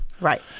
Right